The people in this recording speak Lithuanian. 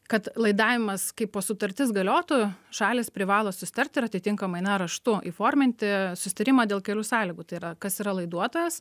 kad laidavimas kaipo sutartis galiotų šalys privalo susitarti ir atitinkamai na raštu įforminti susitarimą dėl kelių sąlygų tai yra kas yra laiduotojas